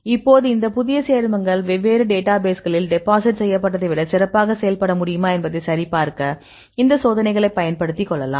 இப்போது இந்த புதிய சேர்மங்கள் வெவ்வேறு டேட்டாபேஸ்களில் டெபாசிட் செய்யப்பட்டதை விட சிறப்பாக செயல்பட முடியுமா என்பதை சரிபார்க்க இந்த சோதனைகளை பயன்படுத்திக் கொள்ளலாம்